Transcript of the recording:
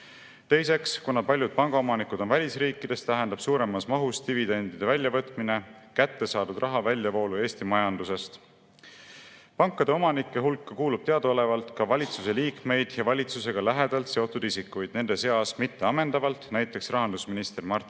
Teiseks, kuna paljud pangaomanikud on välisriikides, tähendab suuremas mahus dividendide väljavõtmine kättesaadud raha väljavoolu Eesti majandusest. Pankade omanike hulka kuulub teadaolevalt ka valitsuse liikmeid ja valitsusega lähedalt seotud isikuid. Nende seas mitte ammendavalt näiteks rahandusminister Mart